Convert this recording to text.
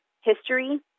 history